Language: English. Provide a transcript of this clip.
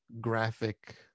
graphic